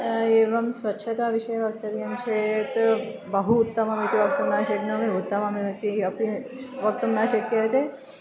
एवं स्वच्छताविषये वक्तव्यं चेत् बहु उत्तममिति वक्तुं न शक्नोमि उत्तममिति अपि वक्तुं न शक्यते